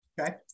Okay